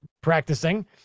practicing